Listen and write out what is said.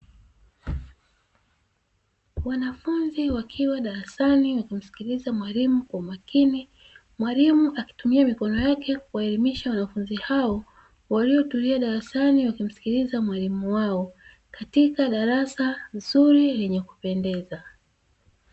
Wanafunzi wakiwa darasani wakimsikiliza mwalimu kwa makini, mwalimu akitumia mikono yake kuwaelimisha wanafunzi hao, waliotulia darasani na kumsikiliza mwalimu wao, katika darasa zuri lenye kupendeza.